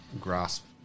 grasp